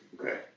Okay